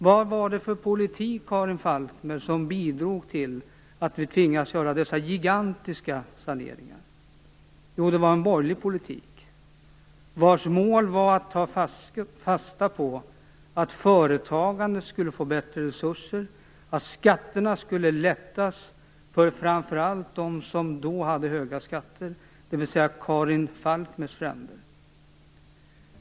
Vilken politik var det, Karin Falkmer, som bidrog till att vi tvingades göra dessa gigantiska saneringar? Jo, det var en borgerlig politik. Dess mål var att ta fasta på att företagandet skulle få bättre resurser och att skatterna skulle lättas för framför allt dem som då hade höga skatter, dvs. Karin Falkmers fränder.